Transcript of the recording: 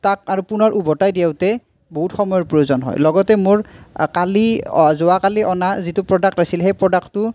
তাক আৰু পুনৰ উভতাই দিওঁতে বহুত সময়ৰ প্ৰয়োজন হয় লগতে মোৰ কালি যোৱাকালি অনা যিটো প্ৰডাক্ট আছিল সেই প্ৰডাক্টটো